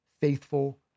faithful